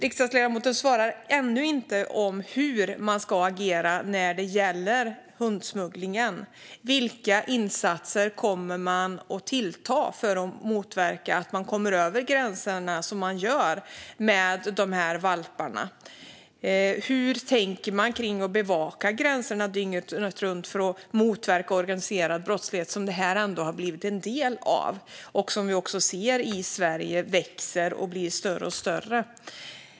Riksdagsledamoten svarar ännu inte på hur man ska agera när det gäller hundsmugglingen. Vilka insatser kommer man att ta till för att motverka att de här valparna kan tas över gränserna? Hur tänker man när det gäller att bevaka gränserna dygnet runt för att motverka organiserad brottslighet som det här har blivit en del av och som vi också ser växer sig allt större i Sverige?